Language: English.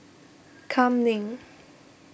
Kam Ning